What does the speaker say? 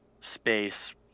space